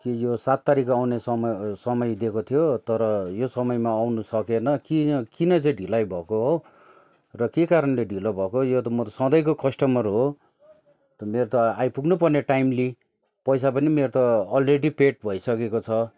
के यो सात तारिक आउने समय समय दिएको थियो तर यो समयमा आउनु सकेन किन किन चाहिँ ढिलाई भएको हो र के कारणले ढिलो भएको हो यो त म सधैँको कस्टोमर हो त मेरो त आइपुग्नु पर्ने टाइमली पैसा पनि मेरो त अलरेडी पेड भइसकेको छ